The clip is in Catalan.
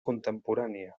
contemporània